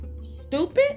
stupid